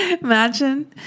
Imagine